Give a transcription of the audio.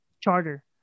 Charter